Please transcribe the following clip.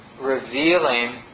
revealing